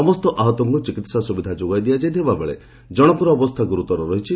ସମସ୍ତ ଆହତଙ୍କୁ ଚିକିତ୍ସା ସୁବିଧା ଯୋଗାଇ ଦିଆଯାଇଥିବା ବେଳେ ଜଣଙ୍କର ଅବସ୍ଥା ଗୁରୁତର ରହିଛି